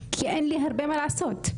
כי אין לי הרבה מה לעשות,